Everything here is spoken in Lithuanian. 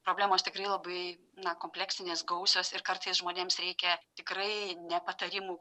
problemos tikrai labai na kompleksinės gausios ir kartais žmonėms reikia tikrai ne patarimų